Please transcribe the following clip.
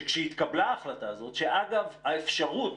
שכשהתקבלה ההחלטה הזאת, שאגב, האפשרות